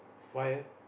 why eh